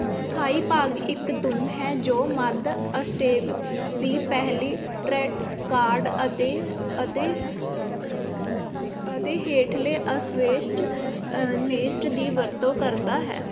ਸਥਾਈ ਭਾਗ ਇੱਕ ਧੁਨ ਹੈ ਜੋ ਮੱਧ ਅਸ਼ਟੈਵ ਦੇ ਪਹਿਲੇ ਟੈਟਰਾਕਾਰਡ ਅਤੇ ਅਤੇ ਅਤੇ ਹੇਠਲੇ ਅਸ਼ਵੇਸ਼ਟ ਨੇਸ਼ਟ ਦੀ ਵਰਤੋਂ ਕਰਦਾ ਹੈ